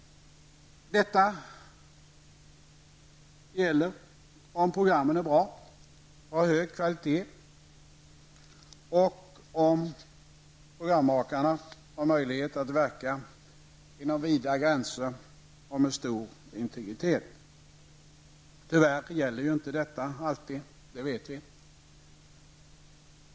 Detta gäller om programmen är bra, har hög kvalitet och om programmakarna har möjlighet att verka inom vida gränser och med stor integritet. Tyvärr är det inte alltid så -- det vet vi.